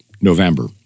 November